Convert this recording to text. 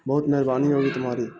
بہت مہربانی ہوگی تمہاری